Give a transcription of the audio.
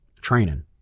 training